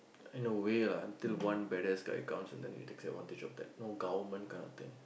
in a way lah until one badass guy comes and then he takes advantage of that no government kind of thing